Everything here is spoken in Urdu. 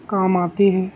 کام آتے ہیں